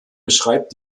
beschreibt